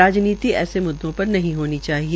राजनीति ऐसे मुद्दो पर नहीं होनी चाहिए